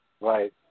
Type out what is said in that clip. Right